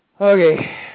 okay